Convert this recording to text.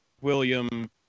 William